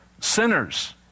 sinners